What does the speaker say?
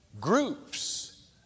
groups